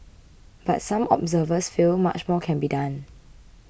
but some observers feel much more can be done